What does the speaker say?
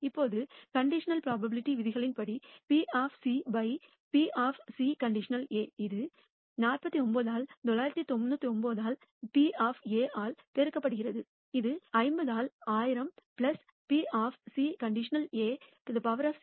இப்போது conditional probability விதிகளின்படி P by P C | A இது 49 ஆல் 999 ஆல் பி ஏ ஆல் பெருக்கப்படுகிறது இது 50 ஆல் 1000 P C | Ac